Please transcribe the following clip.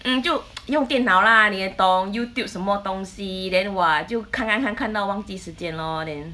mm 就用电脑 lah 你也懂 YouTube 什么东西 then !wah! 就看看看看到忘记时间 lor then